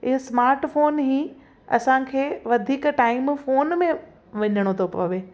इहो स्माटफोन ई असांखे वधीक टाइम फोन में विझिणो थो पवे